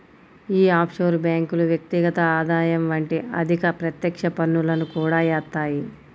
యీ ఆఫ్షోర్ బ్యేంకులు వ్యక్తిగత ఆదాయం వంటి అధిక ప్రత్యక్ష పన్నులను కూడా యేత్తాయి